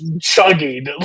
chugging